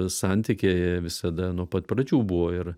santykiai jie visada nuo pat pradžių buvo ir